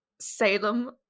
Salem